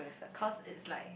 cause it's like